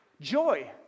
Joy